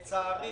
לצערי